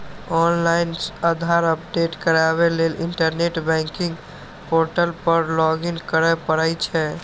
online Aadhaar update कराबै लेल internet banking portal पर लॉगइन करय पड़ै छै